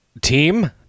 Team